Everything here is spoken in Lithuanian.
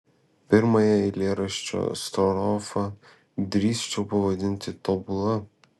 pirmąją eilėraščio strofą drįsčiau pavadinti tobula